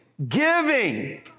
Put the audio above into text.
Giving